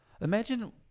Imagine